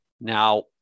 Now